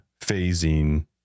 phasing